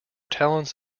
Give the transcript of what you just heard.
talents